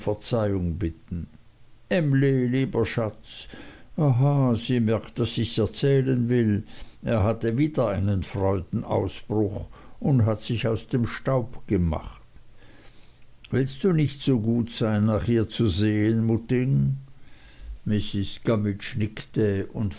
verzeihung bitten emly lieber schatz aha sie merkt daß ichs erzählen will er hatte wieder einen freudenausbruch und hat sich aus dem staub gemacht willst du nicht so gut sein nach ihr zu sehen mutting mrs gummidge nickte